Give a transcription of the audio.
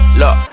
look